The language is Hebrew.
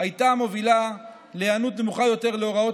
הייתה מובילה להיענות נמוכה יותר להוראות